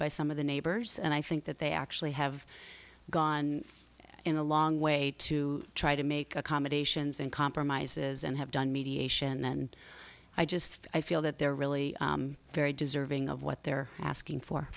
by some of the neighbors and i think that they actually have gone in a long way to try to make accommodations and compromises and have done mediation and i just i feel that they're really very deserving of what they're asking for